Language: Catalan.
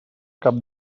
cap